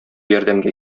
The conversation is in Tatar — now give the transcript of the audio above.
ярдәмгә